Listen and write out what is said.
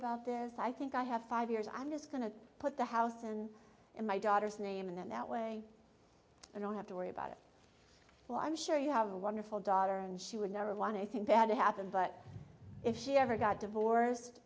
about this i think i have five years i'm just going to put the house in in my daughter's name and then that way i don't have to worry about it well i'm sure you have a wonderful daughter and she would never want anything bad to happen but if she ever got divorced